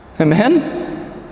Amen